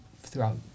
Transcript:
throughout